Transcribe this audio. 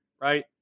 right